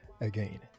again